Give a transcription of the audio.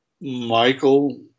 Michael